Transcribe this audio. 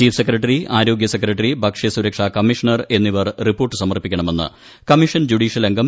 chief secretary ആരോഗ്യ secretary ഭക്ഷ്യ സുരക്ഷാ കമ്മീഷണർ എന്നിവർ റിപ്പോർട്ട് സമർപ്പിക്കണമെന്ന് കമ്മീ ഷൻ ജുഡീഷ്യൽ അംഗം പി